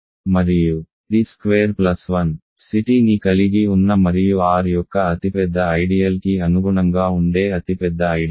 మరియు t square plus 1 C tని కలిగి ఉన్న మరియు R యొక్క అతిపెద్ద ఐడియల్ కి అనుగుణంగా ఉండే అతిపెద్ద ఐడియల్